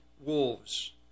wolves